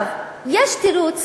יש תירוץ.